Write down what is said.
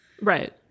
Right